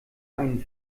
einen